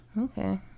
Okay